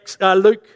Luke